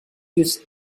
use